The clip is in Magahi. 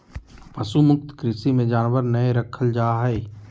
पशु मुक्त कृषि मे जानवर नय रखल जा हय